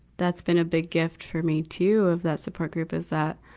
that's been a big gift for me, too, of that support group, is that,